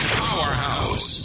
powerhouse